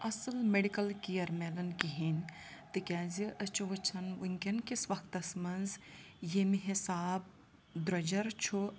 اَصٕل medical care مِلان کِہیٖنۍ تِکیٛازِ أسۍ چھِ وٕچھان وٕنۍکٮ۪ن کِس وقتَس منٛز ییٚمہِ حِساب درٛوٚجَر چھُ